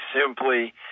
simply